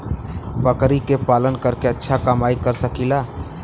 बकरी के पालन करके अच्छा कमाई कर सकीं ला?